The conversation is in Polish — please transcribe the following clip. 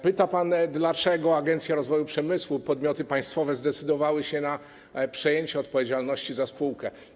Pyta pan, dlaczego agencja rozwoju przemysłu i podmioty państwowe zdecydowały się na przejęcie odpowiedzialności za spółkę.